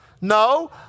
No